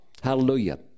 Hallelujah